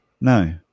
No